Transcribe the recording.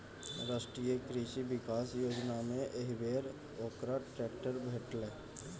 राष्ट्रीय कृषि विकास योजनामे एहिबेर ओकरा ट्रैक्टर भेटलै